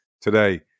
today